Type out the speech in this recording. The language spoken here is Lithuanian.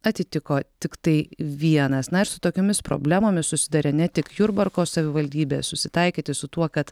atitiko tiktai vienas na ir su tokiomis problemomis susidaria ne tik jurbarko savivaldybė susitaikyti su tuo kad